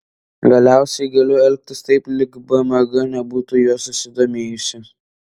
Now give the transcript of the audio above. galiausiai galiu elgtis taip lyg bmg nebūtų juo susidomėjusi